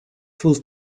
full